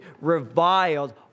reviled